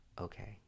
okay